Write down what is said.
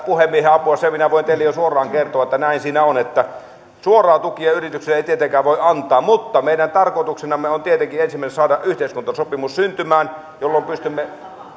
puhemiehen apua sen minä voin teille jo suoraan kertoa että näin se on että suoria tukia yrityksille ei tietenkään voi antaa mutta meidän tarkoituksenamme on tietenkin ensin saada yhteiskuntasopimus syntymään jolloin pystymme